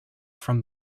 from